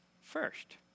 first